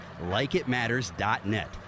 Likeitmatters.net